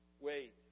wait